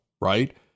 right